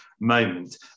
moment